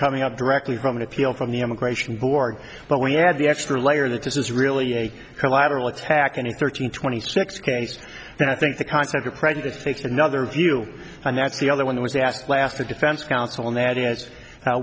coming up directly from an appeal from the immigration board but we add the extra layer that this is really a collateral attack any thirteen twenty six case and i think the concept of prejudice faced another view and that's the other one was asked last the defense counsel and that is